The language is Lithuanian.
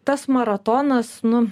tas maratonas nu